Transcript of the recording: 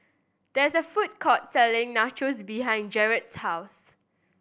there is a food court selling Nachos behind Jarret's house